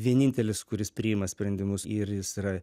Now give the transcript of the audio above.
vienintelis kuris priima sprendimus ir jis yra